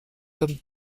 comme